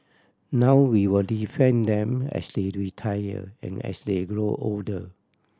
now we will defend them as they retire and as they grow older